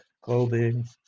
clothing